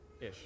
ish